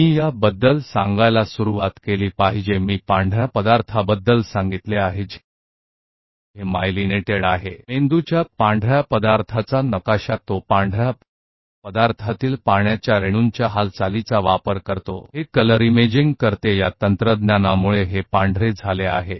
मुझे इसके बारे में बताना शुरू करना चाहिए मैंने व्हाइट मैटर के बारे में बताया है जो कि माईलिनेटेड होता है इसलिए यह मस्तिष्क के व्हाइट मैटर का मानचित्र है यह सफेद पदार्थ के भीतर पानी के अणुओं के संचलन का उपयोग करता है यह रंगीन इमेजिंग इस टेक्नोलॉजी ने बनाया है